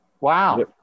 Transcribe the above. Wow